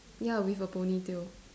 ya with a ponytail